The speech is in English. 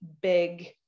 big